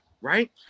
Right